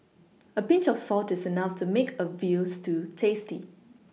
a Pinch of salt is enough to make a veal stew tasty